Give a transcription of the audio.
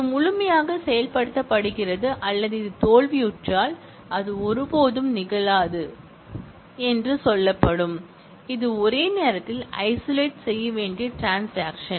இது முழுமையாக செயல்படுத்தப்படுகிறது அல்லது அது தோல்வியுற்றால் அது ஒருபோதும் நிகழாதது போல் மீண்டும் உருட்டப்படும் இது ஒரே நேரத்தில் ஐசோலேட் செய்ய வேண்டிய ட்ரான்ஸாக்ஷன்